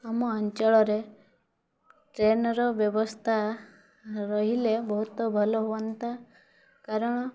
ଆମ ଅଞ୍ଚଳରେ ଟ୍ରେନ୍ର ବ୍ୟବସ୍ତା ରହିଲେ ବହୁତ ଭଲ ହୁଅନ୍ତା କାରଣ